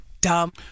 dumb